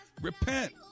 Repent